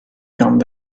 come